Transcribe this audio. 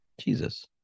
Jesus